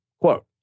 Quote